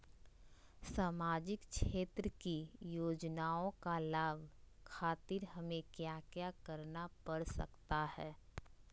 सामाजिक क्षेत्र की योजनाओं का लाभ खातिर हमें क्या क्या करना पड़ सकता है?